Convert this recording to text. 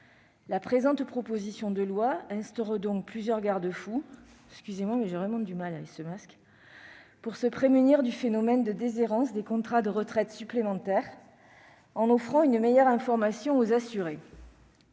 Cette proposition de loi instaure plusieurs garde-fous pour prévenir le phénomène de déshérence des contrats d'épargne retraite supplémentaire, en offrant une meilleure information aux assurés.